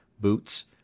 boots